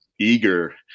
eager